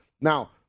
Now